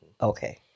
Okay